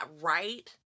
right